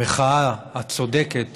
המחאה הצודקת